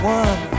one